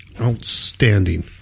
Outstanding